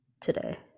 today